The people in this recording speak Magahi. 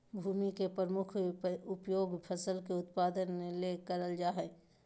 भूमि के प्रमुख उपयोग फसल के उत्पादन ले करल जा हइ